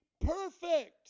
perfect